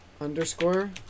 underscore